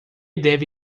deve